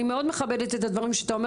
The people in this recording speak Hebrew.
אני מאוד מכבדת את הדברים שאתה אומר